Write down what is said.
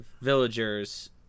villagers